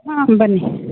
ಹಾಂ ಬನ್ನಿ